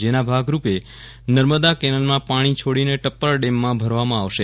જેના ભાગરૂપે નર્મદા કેનાલમાં પાણી છોડીને ટપ્પર ડેમમાં ભરવામાં આવશે